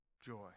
joy